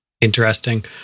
interesting